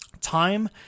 Time